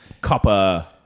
copper